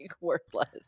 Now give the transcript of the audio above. worthless